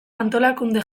antolakunde